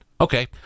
Okay